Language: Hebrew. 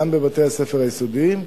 בבתי-הספר היסודיים,